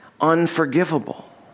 unforgivable